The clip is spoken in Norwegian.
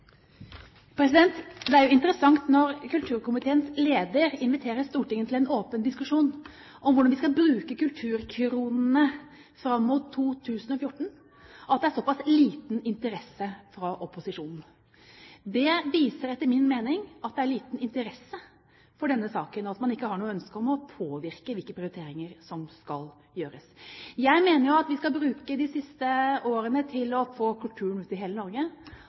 Det er jo interessant at når kulturkomiteens leder inviterer Stortinget til en åpen diskusjon om hvordan vi skal bruke kulturkronene fram mot 2014, at det er såpass liten interesse fra opposisjonen. Det viser etter min mening at det er liten interesse for denne saken, og at man ikke har noe ønske om å påvirke hvilke prioriteringer som skal gjøres. Jeg mener at vi skal bruke de siste årene til å få kulturen ut i hele Norge,